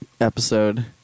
episode